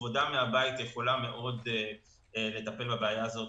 עבודה מהבית יכולה מאד לטפל בבעיה הזאת,